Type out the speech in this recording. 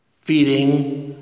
Feeding